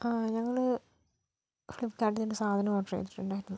ആ ഞങ്ങള് കടയിൽ നിന്ന് സാധനം ഓർഡർ ചെയ്തിട്ട് ഉണ്ടായിരുന്നു